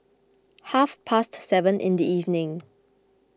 half past seven in the evening